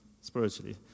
spiritually